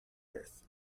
earth